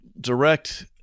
direct